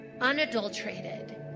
unadulterated